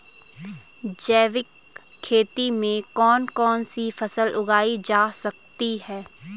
जैविक खेती में कौन कौन सी फसल उगाई जा सकती है?